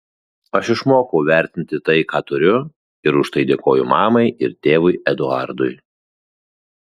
aš išmokau vertinti tai ką turiu ir už tai dėkoju mamai ir tėvui eduardui